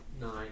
nine